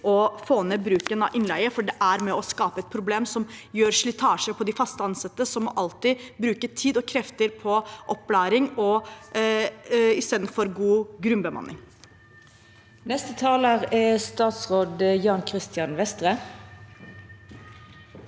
å få ned bruken av innleie, for det er med på å skape et problem som gir slitasje på de fast ansatte, som alltid må bruke tid og krefter på opplæring. I stedet bør det være god grunnbemanning. Statsråd Jan Christian Vestre